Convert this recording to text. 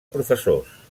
professors